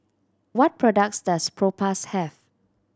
what products does Propass have